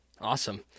Awesome